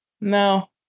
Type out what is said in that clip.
no